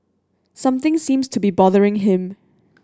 something seems to be bothering him